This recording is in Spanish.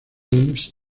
games